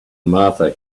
martha